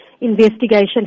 investigation